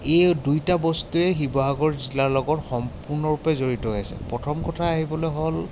এই দুয়োটা বস্তুৱে শিৱসাগৰ জিলাৰ লগত সম্পূৰ্ণৰূপে জড়িত হৈ আছে প্ৰথম কথা আহিবলৈ হ'ল